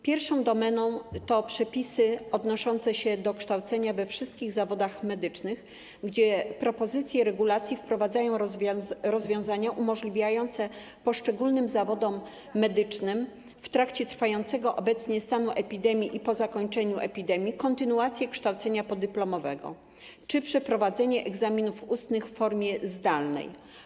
Pierwsza domena to przepisy odnoszące się do kształcenia we wszystkich zawodach medycznych, gdzie propozycje regulacji wprowadzają rozwiązania umożliwiające poszczególnym zawodom medycznym w trakcie trwającego obecnie stanu epidemii i po zakończeniu epidemii kontynuację kształcenia podyplomowego czy przeprowadzenie egzaminów ustnych w formie zdalnej.